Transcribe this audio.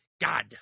God